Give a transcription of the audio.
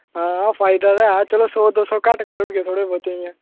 हां फायदा ते है चलो सौ दो सौ घट्ट करी ओड़गे थोह्ड़े बौह्ते इ'यां